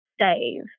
save